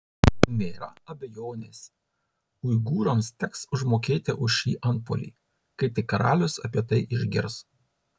nėra abejonės uigūrams teks užmokėti už šį antpuolį kai tik karalius apie tai išgirs